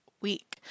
week